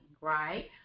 right